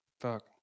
Fuck